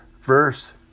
verse